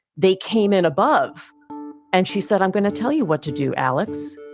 they came in above and she said, i'm going to tell you what to do, alex.